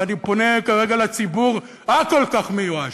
אני פונה כרגע לציבור הכל-כך מיואש,